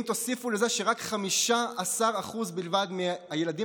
אם תוסיפו לזה שרק 15% בלבד מהילדים